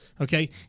Okay